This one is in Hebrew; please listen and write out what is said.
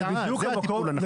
זה הטיפול הנכון.